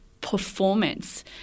performance